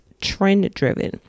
trend-driven